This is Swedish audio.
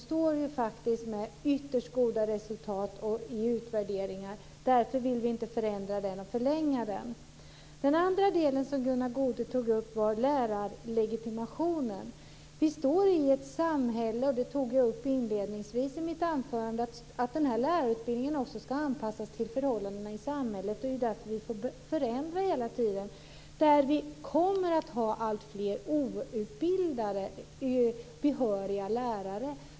Den visar faktiskt upp ytterst goda resultat i utvärderingar, och därför vill vi inte förändra och förlänga den. Det andra som Gunnar Goude tog upp var lärarlegitimationen. Jag sade inledningsvis i mitt anförande att lärarutbildningen också ska anpassas till förhållandena i samhället. Det är därför som vi hela tiden förändrar den. Vi kommer att ha alltfler outbildade behöriga lärare.